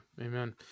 Amen